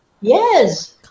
Yes